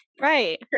Right